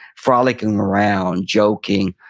frolicking around, joking.